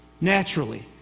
naturally